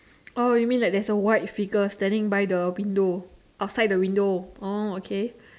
oh you mean like there's a white figure standing by the window outside the window orh okay